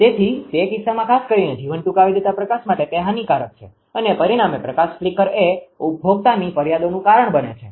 તેથી તે કિસ્સામાં ખાસ કરીને જીવન ટૂંકાવી દેતા પ્રકાશ માટે તે હાનિકારક છે અને પરિણામે પ્રકાશ ફ્લિકરflickerઝટકો એ ઉપભોક્તાની ફરિયાદોનુ કારણ બને છે